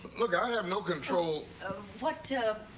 look, i have no control ah, what,